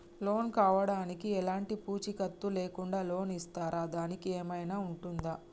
Loan కావడానికి ఎలాంటి పూచీకత్తు లేకుండా లోన్ ఇస్తారా దానికి ఏమైనా ఉంటుందా?